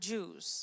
Jews